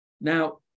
Now